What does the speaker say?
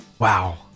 Wow